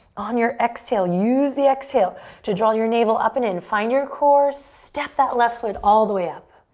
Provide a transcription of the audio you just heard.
on your exhale, use the exhale to draw your navel up and in, find your core, step that left foot all the way up.